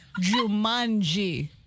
Jumanji